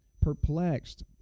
perplexed